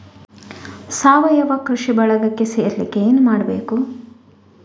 ಸಾವಯವ ಕೃಷಿ ಬಳಗಕ್ಕೆ ಸೇರ್ಲಿಕ್ಕೆ ಏನು ಮಾಡ್ಬೇಕು?